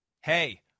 Hey